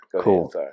Cool